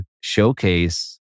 showcase